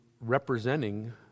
representing